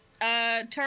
turn